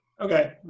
Okay